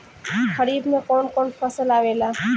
खरीफ में कौन कौन फसल आवेला?